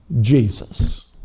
Jesus